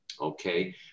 okay